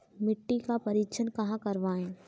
मिट्टी का परीक्षण कहाँ करवाएँ?